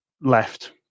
left